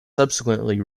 subsequently